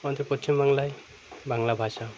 আমাদের পশ্চিমবাংলায় বাংলা ভাষা